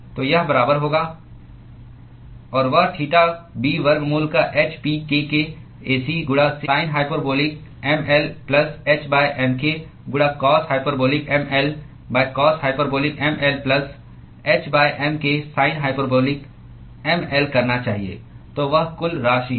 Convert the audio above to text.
तो यह बराबर होगा और वह थीटा b वर्गमूल का h P k k A c गुणा sin hyperbolic m L plus h mk गुणा cos hyperbolic m L cos hyperbolic m L plus h mk sin hyperbolic m L करना चाहिए तो वह कुल राशि है